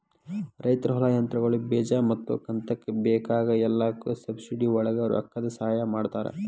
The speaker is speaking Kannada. ರೈತರ ಹೊಲಾ, ಯಂತ್ರಗಳು, ಬೇಜಾ ಮತ್ತ ಕಂತಕ್ಕ ಬೇಕಾಗ ಎಲ್ಲಾಕು ಸಬ್ಸಿಡಿವಳಗ ರೊಕ್ಕದ ಸಹಾಯ ಮಾಡತಾರ